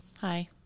Hi